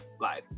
life